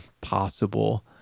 possible